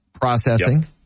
processing